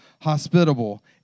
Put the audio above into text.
hospitable